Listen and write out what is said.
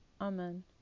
Amen